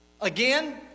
Again